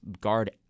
guard